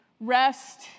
Rest